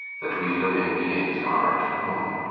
that we living beings are at home.